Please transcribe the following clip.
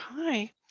Hi